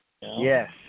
Yes